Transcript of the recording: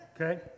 Okay